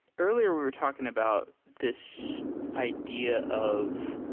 earlier we were talking about this idea of